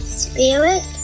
spirit